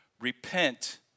Repent